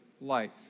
life